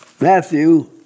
Matthew